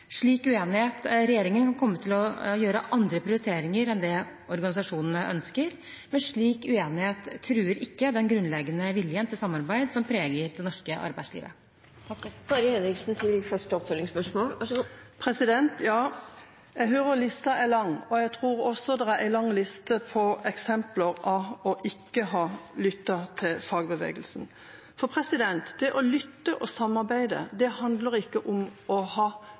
Regjeringen kan komme til å gjøre andre prioriteringer enn det organisasjonene ønsker, men slik uenighet truer ikke den grunnleggende viljen til samarbeid som preger det norske arbeidslivet. Jeg hører lista er lang, og jeg tror også det er en lang liste med eksempler på ikke å ha lyttet til fagbevegelsen. Det å lytte og samarbeide handler ikke om å ha